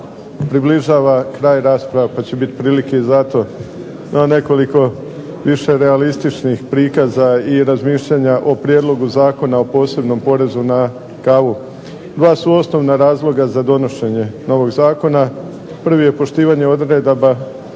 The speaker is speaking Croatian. približava kraj rasprave pa će bit prilike i za to. No nekoliko više realističnih prikaza i razmišljanja o Prijedlogu zakona o posebnom porezu na kavu. Dva su osnovna razloga za donošenje novog zakona. Prvi je poštivanje odredaba